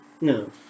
No